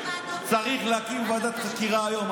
צריך להקים ועדת חקירה היום,